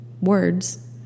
words